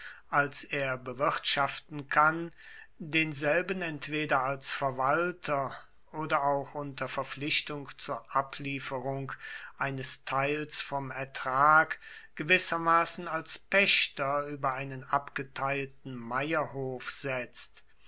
als er bewirtschaften kann denselben entweder als verwalter oder auch unter verpflichtung zur ablieferung eines teils vom ertrag gewissermaßen als pächter über einen abgeteilten meierhof setzt